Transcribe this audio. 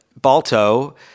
Balto